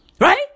right